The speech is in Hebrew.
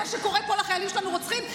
זה שקורא לכל החיילים שלנו "רוצחים",